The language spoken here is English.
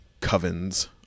covens